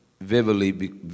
vividly